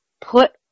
put